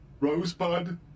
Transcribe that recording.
Rosebud